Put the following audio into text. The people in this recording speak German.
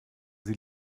sie